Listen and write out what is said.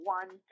one